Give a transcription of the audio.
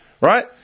right